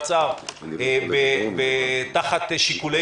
נימוקך לקושי שיש בזה שהארכת המעצר תחת שיקולי